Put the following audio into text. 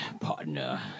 partner